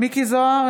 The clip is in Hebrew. מיקי זוהר,